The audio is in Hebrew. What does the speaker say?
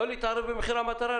לא להתערב במחיר המטרה,